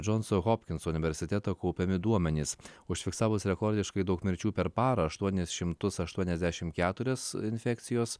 džonso hopkinso universiteto kaupiami duomenys užfiksavus rekordiškai daug mirčių per parą aštuonis šimtus aštuoniasdešimt keturias infekcijos